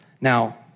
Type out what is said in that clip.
Now